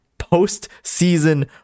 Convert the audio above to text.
post-season